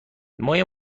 مایه